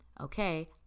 Okay